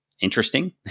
Interesting